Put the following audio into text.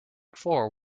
four